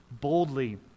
boldly